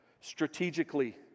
strategically